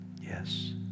Yes